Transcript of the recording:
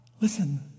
Listen